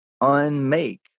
unmake